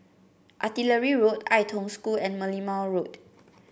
Artillery Road Ai Tong School and Merlimau Road